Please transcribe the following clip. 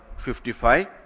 55